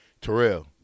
Terrell